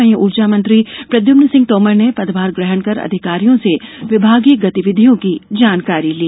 वहीं ऊर्जा मंत्री प्रद्युम्न सिंह तोमर ने पदभार ग्रहण कर अधिकारियों से विभागीय गतिविधियों की जानकारी ली